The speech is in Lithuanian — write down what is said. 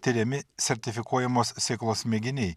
tiriami sertifikuojamos sėklos mėginiai